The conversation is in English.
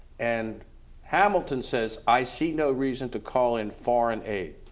and hamilton says, i see no reason to call in foreign aid.